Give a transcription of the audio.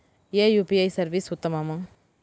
ఏ UPI service ఉత్తమము?